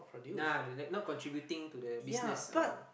nah they not contributing to the business ah